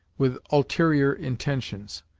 with ulterior intentions.